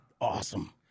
awesome